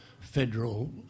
federal